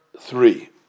three